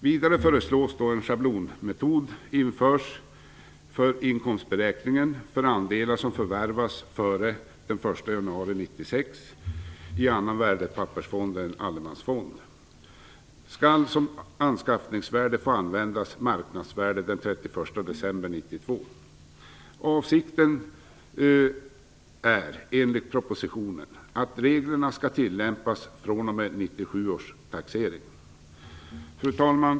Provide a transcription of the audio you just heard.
Vidare föreslås att en schablonmetod införs för inkomstberäkningen. För andel som har förvärvats före den 1 januari 1996 i annan värdepappersfond än allemansfond skall som anskaffningsvärde få användas marknadsvärdet den 31 december 1992. Avsikten är enligt propositionen att reglerna skall tillämpas fr.o.m. 1997 års taxering. Fru talman!